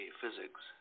physics